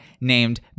named